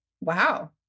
Wow